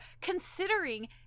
considering